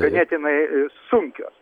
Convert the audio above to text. ganėtinai sunkios